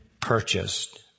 purchased